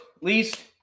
least